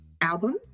album